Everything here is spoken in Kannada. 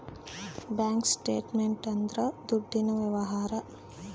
ಬ್ಯಾಂಕ್ ಸ್ಟೇಟ್ಮೆಂಟ್ ಅಂದ್ರ ದುಡ್ಡಿನ ವ್ಯವಹಾರ